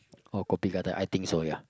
oh kopi I think so ya